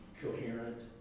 coherent